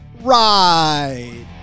ride